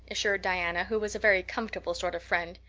assured diana, who was a very comfortable sort of friend.